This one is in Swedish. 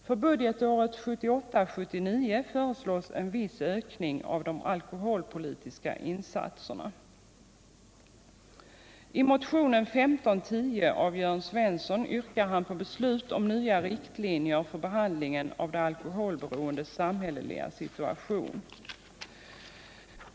För budgetåret 1978/79 föreslås en viss ökning av de alkoholpolitiska insatserna.